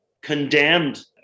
condemned